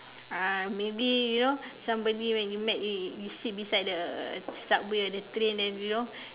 uh maybe you know somebody when you met you sit beside the subway or the train then you know